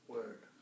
Word